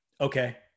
Okay